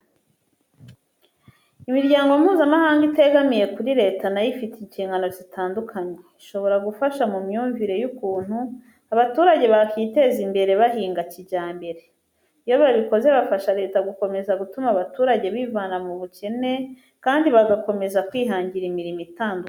Imiryango Mpuzamahanga itegamiye kuri leta na yo ifite inshingano zitandukanye. Ishobora gufasha mu myumvire y'ukuntu abaturage bakiteza imbere bahinga kijyambere. Iyo babikoze bafasha leta gukomeza gutuma abaturage bivana mu bukene kandi bagakomeza kwihangira imirimo itandukanye.